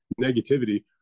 negativity